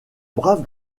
brave